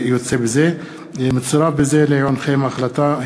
מצורפת בזה לעיונכם ההחלטה,